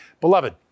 Beloved